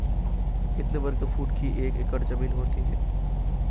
कितने वर्ग फुट की एक एकड़ ज़मीन होती है?